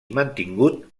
mantingut